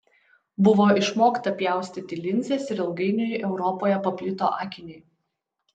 buvo išmokta pjaustyti linzes ir ilgainiui europoje paplito akiniai